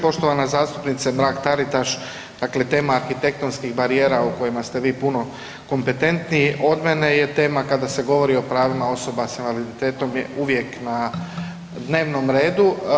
Poštovana zastupnice Mrak Taritaš, dakle tema arhitektonskih barijera o kojima ste vi puno kompetentniji od mene je tema kada se govori o pravima osoba s invaliditetom je uvijek na dnevnom redu.